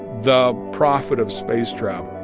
the prophet of space travel